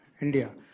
India